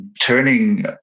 turning